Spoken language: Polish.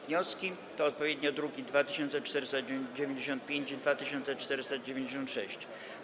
Wnioski to odpowiednio druki nr 2495 i 2496.